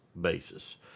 basis